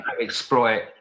exploit